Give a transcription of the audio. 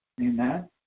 Amen